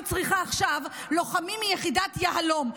אני צריכה עכשיו לוחמים מיחידת יהל"ם.